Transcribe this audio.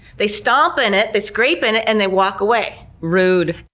they stomp in it, they scrape in it, and they walk away. rude.